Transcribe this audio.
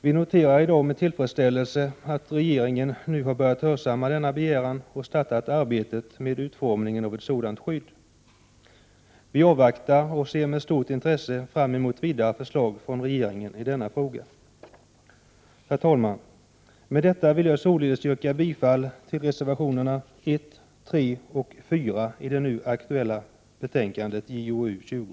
Vi noterar i dag med tillfredsställelse att regeringen nu har hörsammat denna begäran och påbörjat arbetet med utformningen av ett sådant skydd. Vi avvaktar och ser med stort intresse fram emot vidare förslag från regeringen i denna fråga. Herr talman! Med detta vill jag således yrka bifall till reservationerna 1,3 och 4 i det nu aktuella betänkandet JoU20.